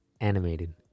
Animated